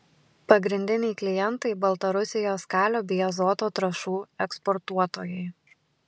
pagrindiniai klientai baltarusijos kalio bei azoto trąšų eksportuotojai